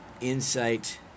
insight